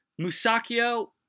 Musakio